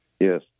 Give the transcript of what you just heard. Yes